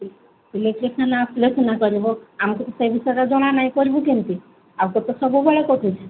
ଇଲେକ୍ଟ୍ରିବାଲା ଆସିଲେ ସିନା କରିବ ଆମକୁ ସେ ବିଷୟରେ ଜଣା ନାହିଁ କରିବୁ କେମିତି ଆମର ତ ସବୁବେଳେ କଟୁଛି